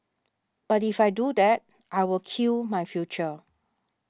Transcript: but if I do that I will kill my future